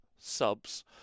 Subs